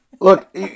Look